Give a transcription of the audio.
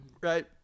right